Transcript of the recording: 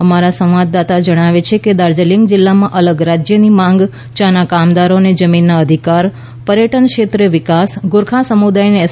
અમારા સંવાદદાતા જન્વે છે કે દાર્જિલિંગ જિલ્લામાં અલગ રાજ્યની માંગ ચાના કામદારોને જમીનના અધિકાર પર્યટન ક્ષેત્રે વિકાસ ગોરખા સમુદાયને એસ